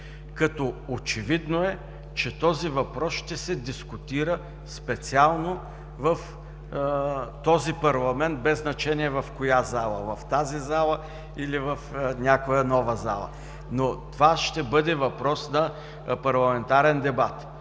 като е очевидно, че този въпрос ще се дискутира специално в този парламент, без значение в коя зала – в тази зала или в някоя нова зала. Това ще бъде въпрос на парламентарен дебат.